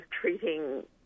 treating